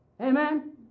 Amen